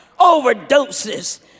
overdoses